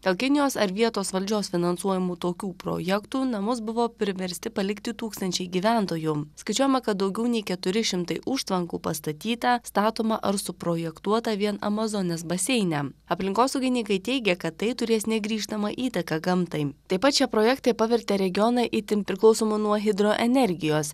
dėl kinijos ar vietos valdžios finansuojamų tokių projektų namus buvo priversti palikti tūkstančiai gyventojų skaičiuojama kad daugiau nei keturi šimtai užtvankų pastatyta statoma ar suprojektuota vien amazonės baseine aplinkosaugininkai teigia kad tai turės negrįžtamą įtaką gamtai taip pat šie projektai pavertė regioną itin priklausomu nuo hidroenergijos